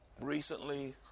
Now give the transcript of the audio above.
recently